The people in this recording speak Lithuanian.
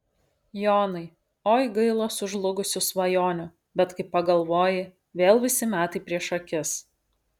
jonai oi gaila sužlugusių svajonių bet kai pagalvoji vėl visi metai prieš akis